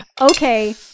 Okay